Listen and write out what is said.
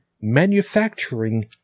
manufacturing